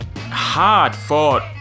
hard-fought